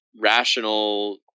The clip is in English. rational